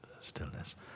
stillness